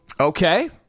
Okay